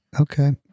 okay